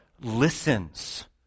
listens